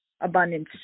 abundance